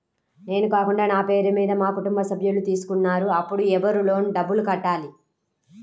నేను కాకుండా నా పేరు మీద మా కుటుంబ సభ్యులు తీసుకున్నారు అప్పుడు ఎవరు లోన్ డబ్బులు కట్టాలి?